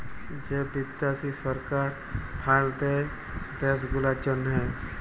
যে বিদ্যাশি সরকার ফাল্ড দেয় দ্যাশ গুলার জ্যনহে